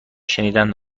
شنیدن